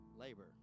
labor